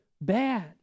bad